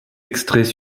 extraits